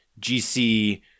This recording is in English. GC